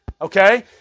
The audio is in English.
Okay